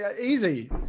easy